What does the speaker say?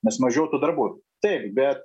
nes mažiau tų darbų taip bet